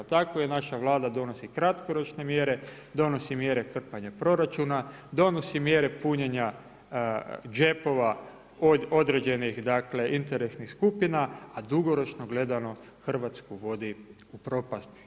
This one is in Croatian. Tako i naša Vlada donosi kratkoročne mjere, donosi mjere krpanja proračuna, donosi mjere punjenja džepova od određenih dakle interesnih skupina, a dugoročno gledano Hrvatsku vodi u propast.